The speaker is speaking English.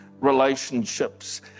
relationships